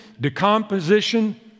decomposition